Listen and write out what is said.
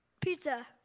Pizza